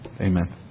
Amen